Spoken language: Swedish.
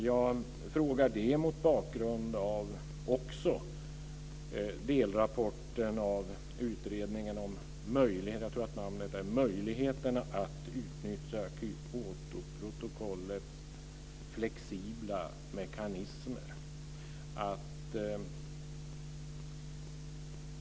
Jag frågar det mot bakgrund även av delrapporten från - jag tror att den heter så - Utredningen om möjligheterna att utnyttja Kyotoprotokollets flexibla mekanismer i Sverige.